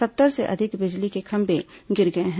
सत्तर से अधिक बिजली के खंभे गिर गए हैं